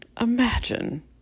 Imagine